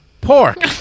Pork